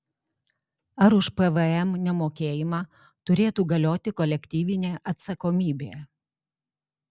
ar už pvm nemokėjimą turėtų galioti kolektyvinė atsakomybė